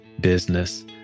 business